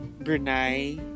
Brunei